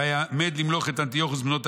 וימנה למלוך תחתיו את אנטיוכוס בנו,